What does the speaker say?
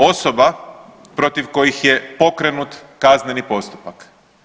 Osoba protiv kojih je pokrenut kazneni postupak.